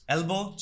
Elbow